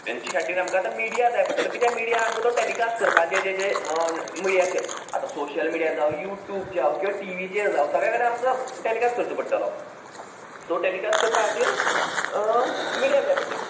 तांचे खातीर आमकां आतां मिडिया जाय पडटलो कित्याक मिडिया आमकां तो टॅलिकास्ट करपा जें जें मिडियाचेर आतां सोशियल मिडिया जावं यूट्यूब जावं किंवां टी व्हीचेर जावं सगळे कडेन आमकां टॅलिकास्ट करचो पडटलो सो टॅलिकास्ट करपा खातीर मिडिया जाय पडटली